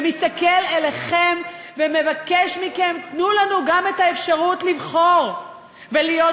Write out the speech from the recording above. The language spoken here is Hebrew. שמסתכל עליכם ומבקש מכם: תנו לנו גם את האפשרות לבחור ולהיות